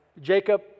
jacob